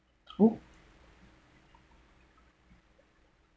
oh